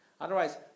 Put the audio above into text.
Otherwise